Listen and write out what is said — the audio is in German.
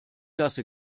kasse